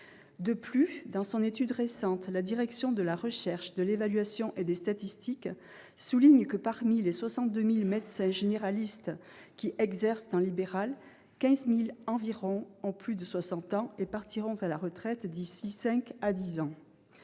De plus, dans son étude récente, la Direction de la recherche, des études, de l'évaluation et des statistiques souligne que, parmi les 62 000 médecins généralistes qui exercent en libéral, 15 000 environ ont plus de 60 ans et partiront à la retraite d'ici à cinq